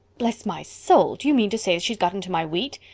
bless my soul, do you mean to say she's got into my wheat?